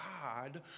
God